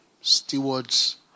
Stewards